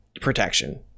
protection